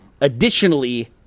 additionally